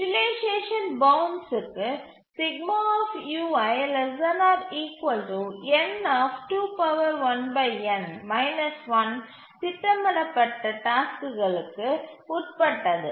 utilisation பவுண்ட்ஸ்க்கு திட்டமிடப்பட்ட டாஸ்க்குகளுக்கு உட்பட்டது